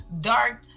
dark